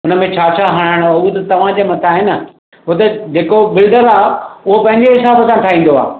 हुनमें छा छा ठहराइणो आहे ऊ त तव्हांजे मथा आहे न हो त जेको बिल्डर आहे उहो पंहिंजे हिसाब सां ठाहींदो आहे